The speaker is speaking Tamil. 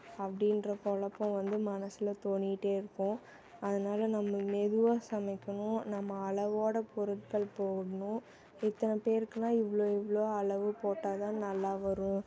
அப்படின்ற கொழப்பம் வந்து மனசில் தோணிக்கிட்டே இருக்கும் அதனால நம்ம மெதுவாக சமைக்கணும் நம்ம அளவோடு பொருட்கள் போடணும் இத்தனை பேருக்குனால் இவ்வளோ இவ்வளோ அளவு போட்டால்தான் நல்லா வரும்